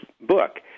book